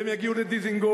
והם יגיעו לדיזנגוף,